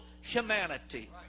humanity